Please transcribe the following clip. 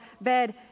bed